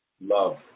Love